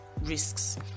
risks